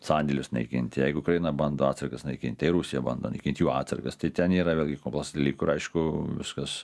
sandėlius naikinti jeigu ukraina bando atsargas naikint tai rusija bando naikint jų atsargas tai ten yra vėlgi kovos dalykų ir aišku viskas